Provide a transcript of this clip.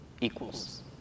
equals